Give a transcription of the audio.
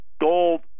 Gold